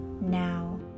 now